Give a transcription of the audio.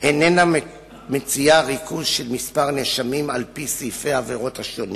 איננה מציעה ריכוז של מספר נאשמים על-פי סעיפי העבירות השונים